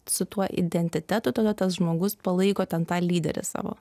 su tuo identitetu tada tas žmogus palaiko ten tą lyderį savo